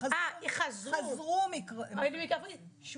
חזרו מקפריסין.